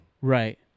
Right